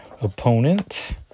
opponent